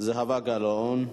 זהבה גלאון.